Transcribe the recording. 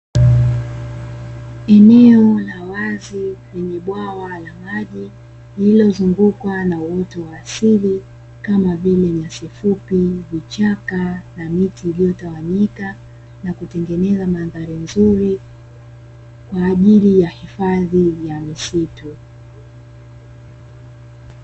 Eneo la wazi lenye bwawa la maji lililozungukwa na uoto wa asili kama vile nyasi fupi, vichaka na miti iliyotawanyika na kutengeneza mandhari nzuri kwa ajili ya hifadhi ya misitu.